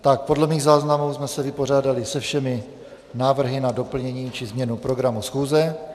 Tak podle mých záznamů jsme se vypořádali se všemi návrhy na doplnění či změnu programu schůze.